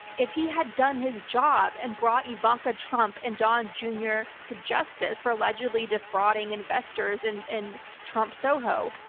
if he had done his job and brought ivanka trump and don, jr. to justice for allegedly defrauding investors and in trump soho,